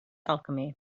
alchemy